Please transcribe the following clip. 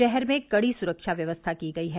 शहर में कड़ी सुरक्षा व्यवस्था की गयी है